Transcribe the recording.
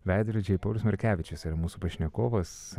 veidrodžiai paulius markevičius yra mūsų pašnekovas